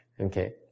Okay